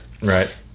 Right